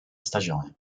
stagione